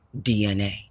DNA